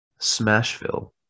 smashville